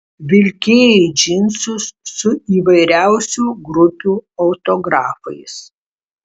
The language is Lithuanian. vilkėjai džinsus su įvairiausių grupių autografais